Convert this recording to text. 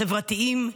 חברתיים,